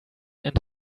and